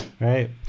right